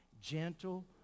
Gentle